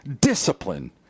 discipline